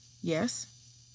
Yes